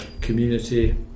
community